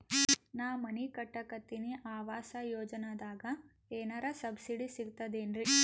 ನಾ ಮನಿ ಕಟಕತಿನಿ ಆವಾಸ್ ಯೋಜನದಾಗ ಏನರ ಸಬ್ಸಿಡಿ ಸಿಗ್ತದೇನ್ರಿ?